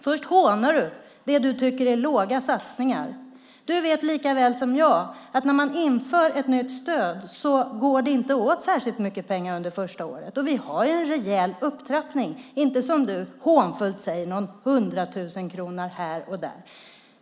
Först hånar du det som du tycker är små satsningar. Du vet likaväl som jag att när man inför ett nytt stöd går det inte åt särskilt mycket pengar under det första året, och vi har en rejäl upptrappning - inte som du hånfullt säger, något hundratal miljoner här och där.